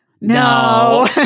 No